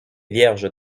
vierges